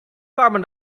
carbon